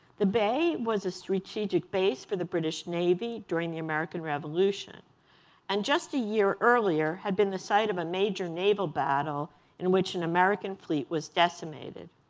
the bay was a strategic base for the british navy during the american revolution and just a year earlier had been the site of a major naval battle in which an american fleet was decimated.